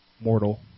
mortal